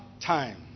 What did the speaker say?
time